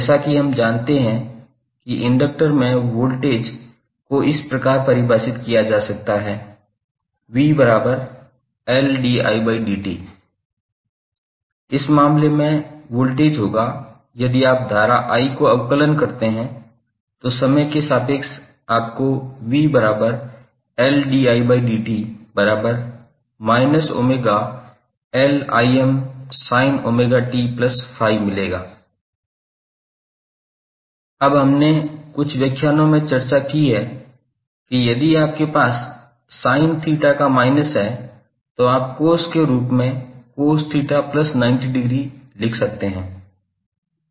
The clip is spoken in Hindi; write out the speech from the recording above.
जैसा कि हम जानते हैं कि इंडक्टर में वोल्टेज को इस प्रकार परिभाषित किया जा सकता है 𝑣𝐿𝑑𝑖𝑑𝑡 इस मामले में वोल्टेज होगा यदि आप धारा i को अवकलन करते हैं तो समय के सापेक्ष आपको 𝑣𝐿𝑑𝑖𝑑𝑡−𝜔𝐿sin𝜔𝑡∅ मिलेगा अब हमने कुछ व्याख्यानों में चर्चा की है कि यदि आपके पास sin theta का माइनस है तो आप कॉस के रूप में cos theta plus 90 degree प्रस्तुत कर सकते हैं